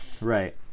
Right